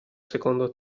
secondo